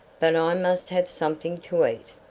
but i must have something to eat.